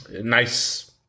Nice